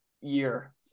year